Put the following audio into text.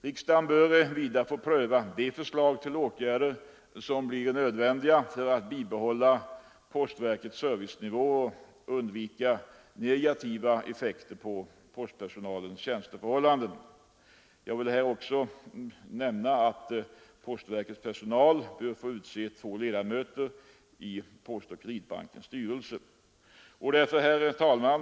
Riksdagen bör vidare få pröva de förslag till åtgärder som blir nödvändiga för att vidmakthålla postverkets servicenivå och undvika negativa effekter på postpersonalens tjänsteförhållanden. Jag vill också framhålla att det är önskvärt att postverkets personal får utse två ledamöter i Postoch Kreditbankens styrelse. Herr talman!